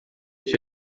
cyo